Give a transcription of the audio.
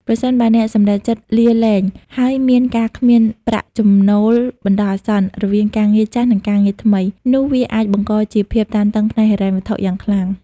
ប្រសិនបើអ្នកសម្រេចចិត្តលាលែង ហើយមាន ការគ្មានប្រាក់ចំណូលបណ្ដោះអាសន្ន រវាងការងារចាស់ និងការងារថ្មី នោះវាអាចបង្កជា ភាពតានតឹងផ្នែកហិរញ្ញវត្ថុ យ៉ាងខ្លាំង។